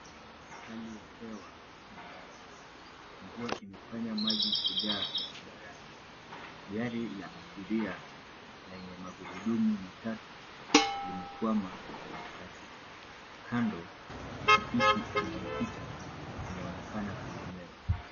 Hali ya hewa ni mbaya. Mvua imefanya maji kujaa barabarani. Gari la abiria lenye magurundumu matatu limekwama katikati. Kando pikipiki inayopita inaonekana kulemewa.